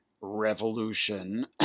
revolution